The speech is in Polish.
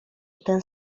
ten